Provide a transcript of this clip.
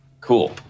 Cool